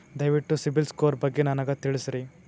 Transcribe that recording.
ದಯವಿಟ್ಟು CIBIL score ಬಗ್ಗೆ ನನಗ ತಿಳಸರಿ?